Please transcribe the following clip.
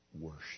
worship